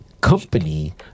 Company